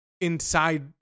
inside